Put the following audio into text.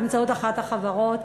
באמצעות אחת החברות,